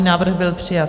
Návrh byl přijat.